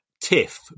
tiff